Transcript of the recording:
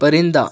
پرندہ